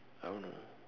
I don't know